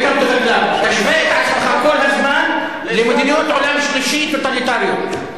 תשווה את עצמך כל הזמן למדינות עולם שלישי טוטליטריות,